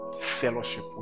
fellowship